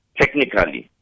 technically